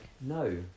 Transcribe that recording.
no